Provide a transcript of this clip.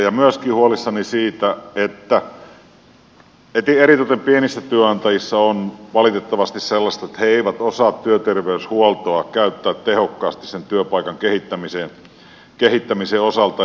myöskin olen huolissani siitä että eritoten pienissä työnantajissa on valitettavasti sellaista että he eivät osaa työterveyshuoltoa käyttää tehokkaasti sen työpaikan kehittämisen osalta